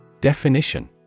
Definition